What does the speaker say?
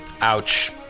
Ouch